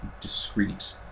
discrete